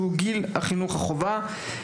שהוא גיל החינוך חובה.